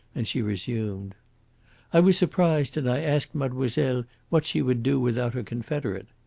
and she resumed i was surprised, and i asked mademoiselle what she would do without her confederate.